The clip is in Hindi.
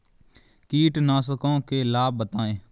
कीटनाशकों के लाभ बताएँ?